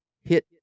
hit